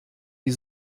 die